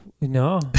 No